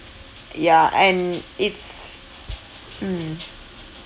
ya and it's mm